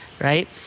Right